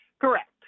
Correct